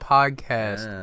Podcast